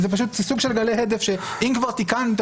זה סוג של גלי הדף שאם כבר תיקנת